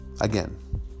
again